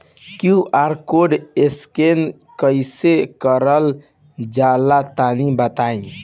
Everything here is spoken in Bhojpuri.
क्यू.आर कोड स्कैन कैसे क़रल जला तनि बताई?